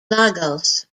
lagos